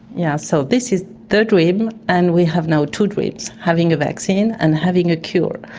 yeah so this is the dream, and we have now two dreams having a vaccine and having a cure.